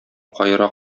каера